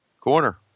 corner